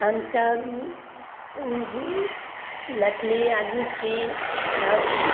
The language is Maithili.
हम सभ उहू मैथिली आदमी छी सभ